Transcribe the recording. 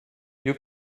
you